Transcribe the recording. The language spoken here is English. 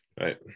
right